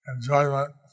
enjoyment